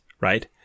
right